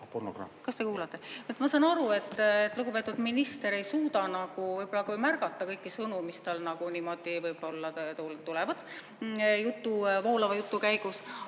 Ma saan aru, et lugupeetud minister ei suuda märgata kõiki sõnu, mis tal niimoodi voolava jutu käigus